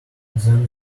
then